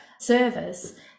service